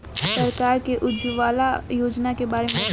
सरकार के उज्जवला योजना के बारे में बताईं?